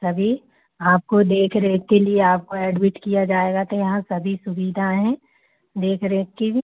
सभी आपकी देखरेख के लिए आपको एडमिट किया जाएगा तो यहाँ सभी सुविधा है देखरेख की भी